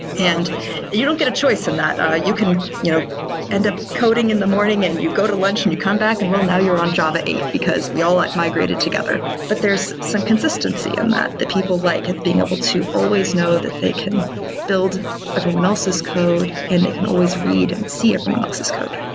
and you don't get a choice in that. ah you can you know end up coding in the morning and you go to lunch and you come back and, well, now, you're on java eight, because we all migrated together. but there's some consistency in that that people like being able to always know that they can build everyone else's code and they can always read and see everyone else's code.